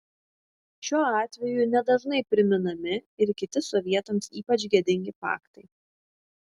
šiuo atveju ne dažnai priminami ir kiti sovietams ypač gėdingi faktai